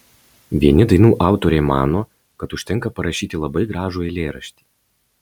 vieni dainų autoriai mano kad užtenka parašyti labai gražų eilėraštį